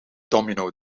domino